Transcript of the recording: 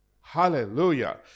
Hallelujah